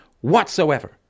whatsoever